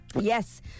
Yes